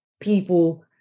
people